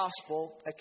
gospel